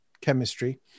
chemistry